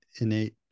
innate